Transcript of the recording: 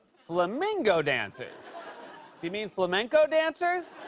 flamingo dancers? do you mean flamenco dancers?